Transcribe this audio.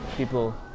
people